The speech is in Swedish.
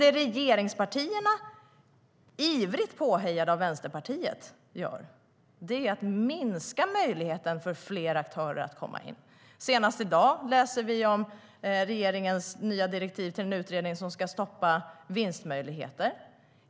Det regeringspartierna gör, ivrigt påhejade av Vänsterpartiet, är att minska möjligheten för fler aktörer att komma in. Senast i dag läser vi om regeringens nya direktiv till den utredning som ska stoppa vinstmöjligheterna.